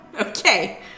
okay